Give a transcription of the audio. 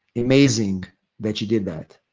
amazing that you did that.